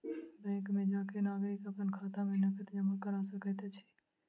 bank में जा के नागरिक अपन खाता में नकद जमा करा सकैत अछि